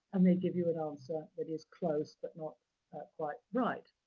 and they give you an answer that is close, but not quite right.